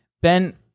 Ben